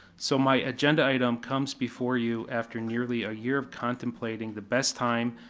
so my agenda item comes before you after nearly a year of contemplating the best time,